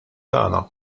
tagħna